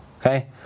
Okay